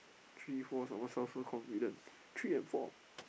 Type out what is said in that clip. three four almost sound so confident three and four